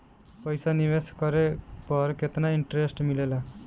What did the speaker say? पईसा निवेश करे पर केतना इंटरेस्ट मिलेला?